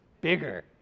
bigger